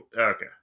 Okay